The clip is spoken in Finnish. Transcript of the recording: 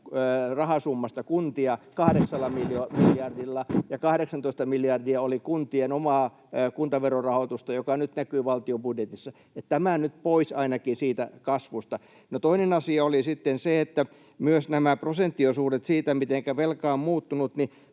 rahasummasta kuntia 8 miljardilla, ja 18 miljardia oli kuntien omaa kuntaverorahoitusta, joka nyt näkyy valtion budjetissa. Ainakin tämä nyt pois siitä kasvusta. Toinen asia oli sitten myös nämä prosenttiosuudet siitä, mitenkä velka on muuttunut.